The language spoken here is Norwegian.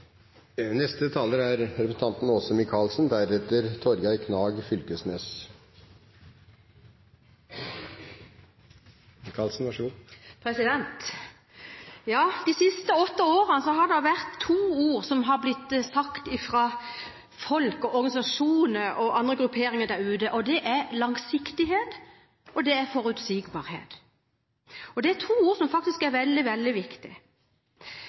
De siste åtte årene er det to ord som har blitt brukt av folk, organisasjoner og andre grupperinger der ute. Det er langsiktighet og forutsigbarhet, og det er to ord som faktisk er veldig